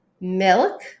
milk